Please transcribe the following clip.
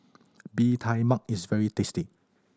Bee Tai Mak is very tasty